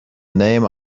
name